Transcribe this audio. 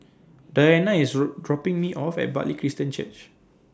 Deanna IS dropping Me off At Bartley Christian Church